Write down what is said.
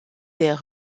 des